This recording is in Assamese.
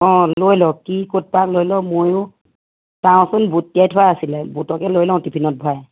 অ লৈ ল' কি ক'ত পাৱ লৈ ল' ময়ো চাওঁচোন বুট তিয়াই থোৱা আছিলে বুটকে লৈ লওঁ টিফিনত ভৰাই